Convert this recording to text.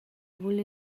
vul